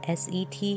s-e-t